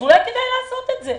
אולי כדאי לעשות את זה.